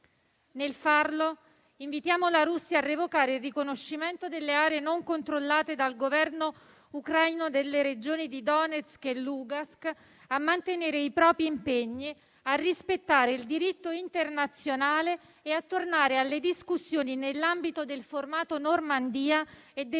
Nel farlo, invitiamo la Russia a revocare il riconoscimento delle aree non controllate dal Governo ucraino nelle regioni di Donetsk e Lugansk; a mantenere i propri impegni; a rispettare il diritto internazionale e a tornare alle discussioni nell'ambito del formato Normandia e del